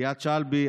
איאד שלבי,